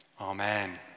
amen